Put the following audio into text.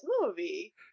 movie